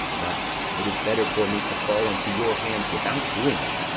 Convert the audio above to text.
but it is better for me to fall into your hands without doing it,